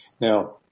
Now